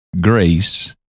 grace